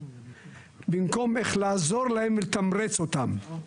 במקום איך לעזור להם לתמרץ אותם.